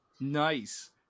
Nice